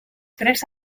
tres